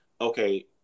okay